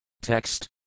Text